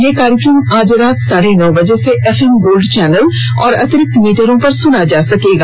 यह कार्यक्रम आज रात साढ़े नौ बजे से एफएम गोल्ड चैनल और अतिरिक्त मीटरों पर सुना जा सकता है